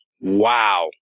Wow